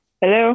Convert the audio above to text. Hello